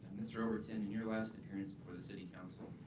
mr. overton, in your last appearance before the city council,